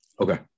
Okay